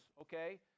okay